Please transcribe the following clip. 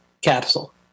capsule